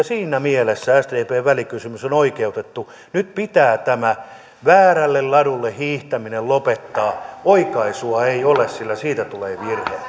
siinä mielessä sdpn välikysymys on oikeutettu nyt pitää tämä väärälle ladulle hiihtäminen lopettaa oikaisua ei ole sillä siitä tulee